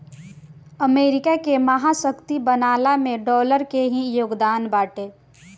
America के महाशक्ति बनला में डॉलर के ही योगदान बाटे